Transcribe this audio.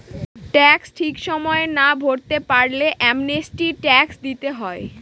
tax ঠিক সময়ে না ভরতে পারলে অ্যামনেস্টি ট্যাক্স দিতে হয়